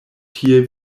tie